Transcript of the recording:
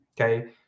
okay